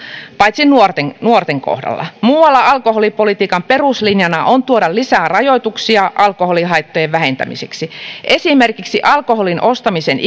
paitsi nuorten nuorten kohdalla muualla alkoholipolitiikan peruslinjana on tuoda lisää rajoituksia alkoholihaittojen vähentämiseksi esimerkiksi alkoholin ostamisen